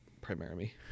Primarily